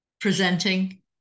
presenting